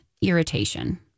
irritation